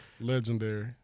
Legendary